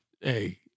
hey